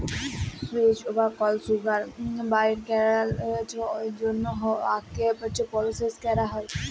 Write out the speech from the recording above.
sucrose বা কল sugar বাইর ক্যরার জ্যনহে আখকে পরসেস ক্যরা হ্যয়